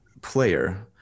player